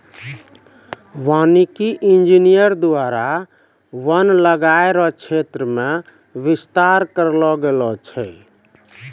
वानिकी इंजीनियर द्वारा वन लगाय रो क्षेत्र मे बिस्तार करलो गेलो छै